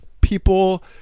people